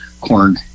corn